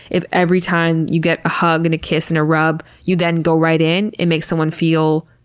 if every time you get a hug and a kiss and a rub, you then go right in, it makes someone feel,